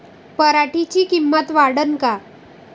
पराटीची किंमत वाढन का?